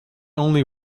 only